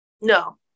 no